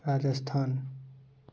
Rajasthan